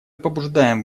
побуждаем